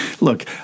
look